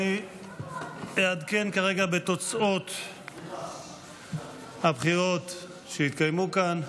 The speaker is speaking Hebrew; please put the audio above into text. אעדכן כרגע בתוצאות הבחירות שהתקיימו כאן.